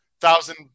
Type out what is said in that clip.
thousand